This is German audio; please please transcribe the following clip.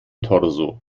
torso